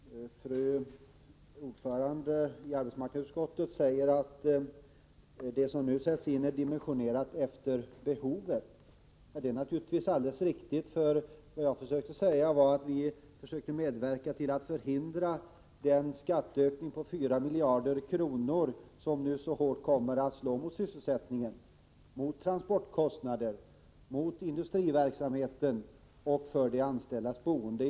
Herr talman! Fru ordföranden i arbetsmarknadsutskottet säger att de åtgärder som nu sätts in är dimensionerade efter behovet. Det är naturligtvis alldeles riktigt. Vad jag sade var att vi försökte medverka till att förhindra den skattehöjning på 4 miljarder som nu så hårt kommer att slå mot sysselsättningen, mot transportkostnaderna, mot industriverksamheten och mot de anställdas boende.